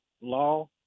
law